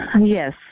Yes